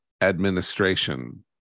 administration